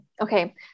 Okay